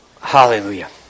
Hallelujah